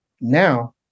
Now